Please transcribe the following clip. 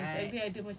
fragrant white